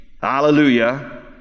Hallelujah